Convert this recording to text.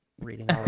reading